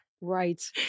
Right